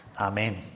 Amen